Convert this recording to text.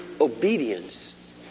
obedience